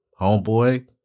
Homeboy